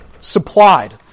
supplied